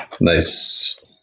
Nice